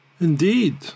Indeed